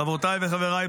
חברותיי וחבריי,